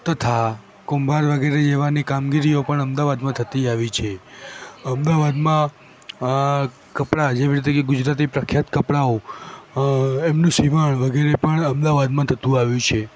તથા કુંભાર વગેરે જેવાની કામગીરીઓ પણ અમદાવાદમાં થતી આવી છે અમદાવાદમાં કપડાં જેવી રીતે કે ગુજરાતી પ્રખ્યાત કપડાઓ એમનું સીવણ વગેરે પણ અમદાવાદમાં થતું આવ્યું છે